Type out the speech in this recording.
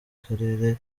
akarere